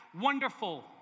wonderful